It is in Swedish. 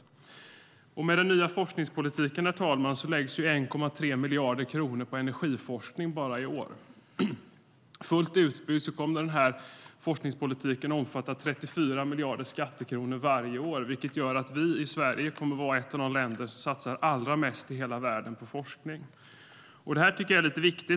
Herr talman! Med den nya forskningspolitiken läggs 1,3 miljarder kronor på energiforskning i år. Fullt utbyggd kommer denna forskningspolitik omfatta 34 miljarder skattekronor varje år. Det gör Sverige till ett av de länder i världen som satsar allra mest på forskning.